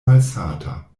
malsata